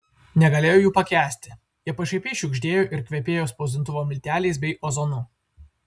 negalėjo jų pakęsti jie pašaipiai šiugždėjo ir kvepėjo spausdintuvo milteliais bei ozonu